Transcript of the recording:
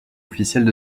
officielle